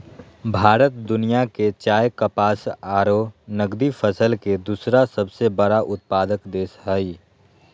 भारत दुनिया के चाय, कपास आरो नगदी फसल के दूसरा सबसे बड़ा उत्पादक देश हई